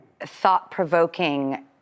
thought-provoking